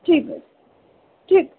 ঠিক আছে ঠিক